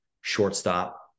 shortstop